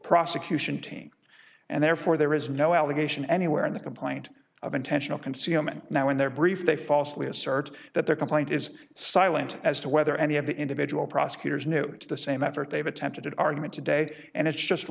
prosecution team and therefore there is no allegation anywhere in the complaint of intentional concealment now in their brief they falsely assert that their complaint is silent as to whether any of the individual prosecutors knew it's the same effort they've attempted argument today and it's just